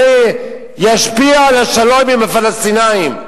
זה ישפיע על השלום עם הפלסטינים.